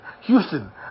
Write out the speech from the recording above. Houston